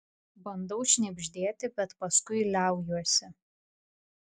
bandau šnibždėti bet paskui liaujuosi